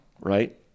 right